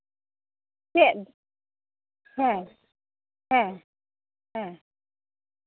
ᱪᱮᱫ ᱦᱮᱸ ᱦᱮᱸ ᱦᱮᱸ